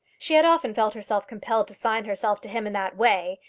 she had often felt herself compelled to sign herself to him in that way,